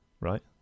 right